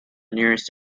nearest